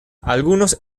algunos